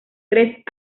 tres